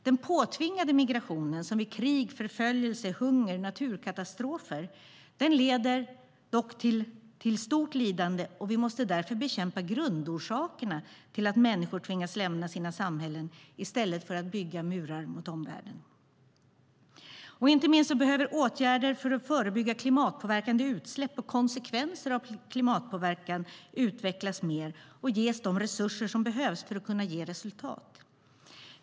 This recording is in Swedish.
Den påtvingade migrationen, som vid krig, förföljelse, hunger, naturkatastrofer, leder dock till stort lidande, och vi måste därför bekämpa grundorsakerna till att människor tvingas lämna sina samhällen i stället för att bygga murar mot omvärlden. Inte minst behöver åtgärderna för att förebygga klimatpåverkande utsläpp och konsekvenser av klimatpåverkan utvecklas mer, och de resurser som behövs måste ges för att åtgärderna ska kunna ge resultat.